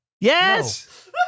Yes